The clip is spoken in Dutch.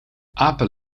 apen